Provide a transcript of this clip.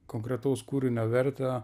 konkretaus kūrinio vertę